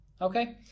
okay